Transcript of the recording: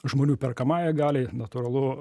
žmonių perkamajai galiai natūralu